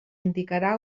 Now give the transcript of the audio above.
indicarà